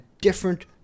different